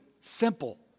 simple